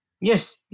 Yes